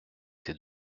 ces